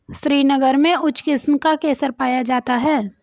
श्रीनगर में उच्च किस्म का केसर पाया जाता है